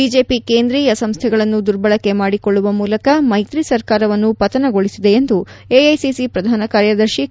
BJP ಕೇಂದ್ರೀಯ ಸಂಸ್ಥೆಗಳನ್ನು ದುರ್ಬಳಕೆ ಮಾಡಿಕೊಳ್ಳುವ ಮೂಲಕ ಮೈತ್ರಿ ಸರ್ಕಾರವನ್ನು ಪತನಗೊಳಿಸಿದೆ ಎಂದು ಎಐಸಿಸಿ ಪ್ರಧಾನ ಕಾರ್ಯದರ್ತಿ ಕೆ